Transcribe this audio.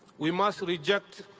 we must reject.